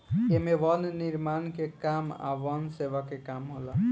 एमे वन निर्माण के काम आ वन सेवा के काम होला